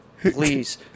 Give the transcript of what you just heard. please